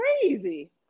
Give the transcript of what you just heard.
crazy